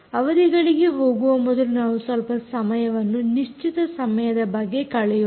ಅವಧಿಗಳಿಗೆ ಹೋಗುವ ಮೊದಲು ನಾವು ಸ್ವಲ್ಪ ಸಮಯವನ್ನು ನಿಶ್ಚಿತ ಸಮಯದ ಬಗ್ಗೆ ಕಳೆಯೋಣ